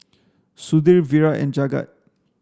Sudhir Virat and Jagat